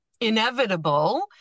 inevitable